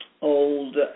old